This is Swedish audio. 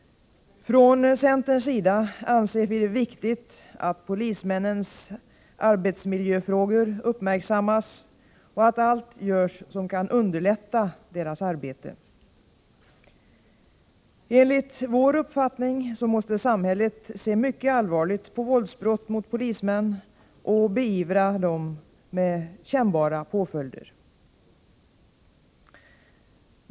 Från centerns sida anser vi det viktigt att frågan om polismännens arbetsmiljö uppmärksammas och att allt görs som kan underlätta deras arbete. Enligt vår uppfattning måste samhället se mycket allvarligt på våldsbrott mot polismän och beivra dessa med kännbara påföljder.